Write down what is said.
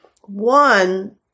One